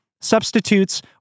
substitutes